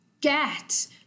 Get